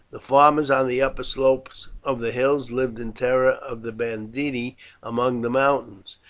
the farmers on the upper slopes of the hills lived in terror of the banditti among the mountains,